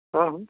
हाँ हाँ